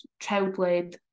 child-led